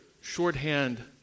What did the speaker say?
shorthand